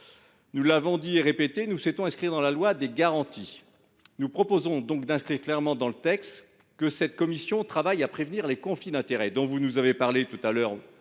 Nous l’avons dit et répété, nous souhaitons inscrire des garanties dans la loi. Nous proposons donc d’écrire clairement dans le texte que cette commission travaille à prévenir les conflits d’intérêts dont vous nous avez parlé précédemment,